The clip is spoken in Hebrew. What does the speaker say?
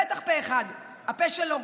בטח פה אחד, הפה שלו.